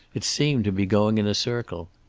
it seemed to be going in a circle.